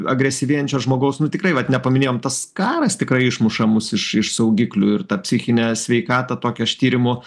agresyvėjančio žmogaus nu tikrai vat nepaminėjom tas karas tikrai išmuša mus iš iš saugiklių ir tą psichinę sveikatą tokį aš tyrimų